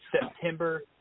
September